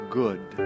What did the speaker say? good